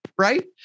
right